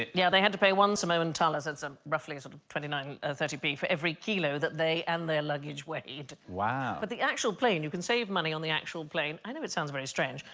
yeah, they had to pay once a moment ellis it's um roughly sort of twenty nine thirty p for every kilo that they and their luggage weighed wow but the actual plane you can save money on the actual plane i know it sounds very strange.